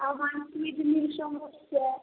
আমার কিডনির সমস্যা